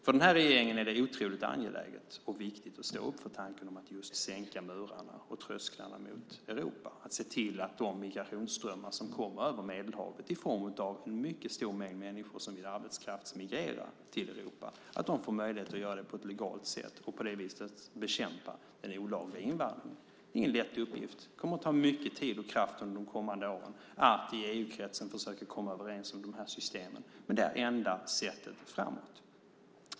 För regeringen är det otroligt viktigt och angeläget att stå upp för tanken att riva murarna och sänka trösklarna mot Europa. Det handlar om att se till de migrationsströmmar som kommer över Medelhavet i form av en mycket stor mängd människor som arbetskraftsmigrerar till Europa. De människorna ska få möjlighet att göra det på ett legalt sätt, och på det viset bekämpar man den olagliga invandringen. Det är inte någon lätt uppgift. Det kommer att ta mycket tid och kraft under de kommande åren att i EU-kretsen försöka komma överens om de systemen. Men det är det enda sättet att gå framåt.